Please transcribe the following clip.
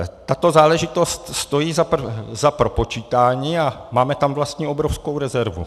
Tato záležitost stojí za propočítání a máme tam vlastně obrovskou rezervu.